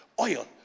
oil